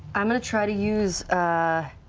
i'm going to try to use a